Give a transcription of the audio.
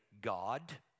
God